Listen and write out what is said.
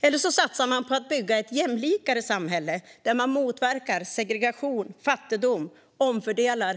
Eller så satsar man på att bygga ett mer jämlikt samhälle, där man motverkar segregation och fattigdom och omfördelar.